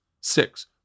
six